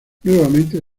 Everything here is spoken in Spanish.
nuevamente